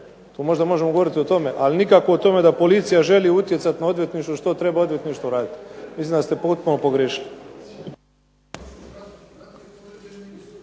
tu možemo govoriti možda o tome, ali nikako o tome da policija želi utjecati na odvjetništvo što treba odvjetništvo raditi. Mislim da ste potpuno pogriješili.